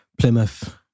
Plymouth